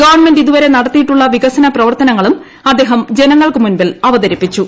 government ഇതുവരെ നടത്തിയിട്ടുള്ള വികസനപ്രവർത്തനങ്ങളും അദ്ദേഹം ജനങ്ങൾക്കുമുമ്പിൽ അവതരിപ്പിച്ചു